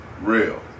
Real